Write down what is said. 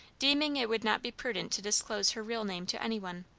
deeming it would not be prudent to disclose her real name to any one.